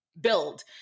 build